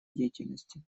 деятельности